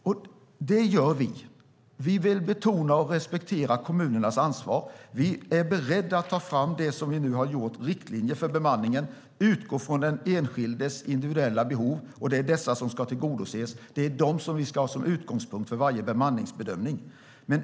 Och det gör vi. Vi vill betona och respektera kommunernas ansvar. Vi är beredda att ta fram det som vi nu har gjort, riktlinjer för bemanningen, och utgå från den enskildes individuella behov. Det är dessa som ska tillgodoses. Det är dessa som vi ska ha som utgångspunkt för varje bemanningsbedömning.